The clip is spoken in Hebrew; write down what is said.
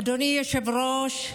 אדוני היושב-ראש,